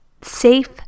Safe